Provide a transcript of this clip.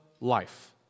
life